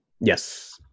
Yes